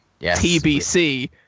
TBC